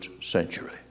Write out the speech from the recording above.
century